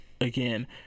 again